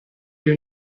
agli